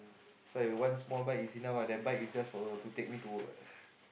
sir one small bike is enough ah that bike is just to send me to work